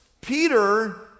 Peter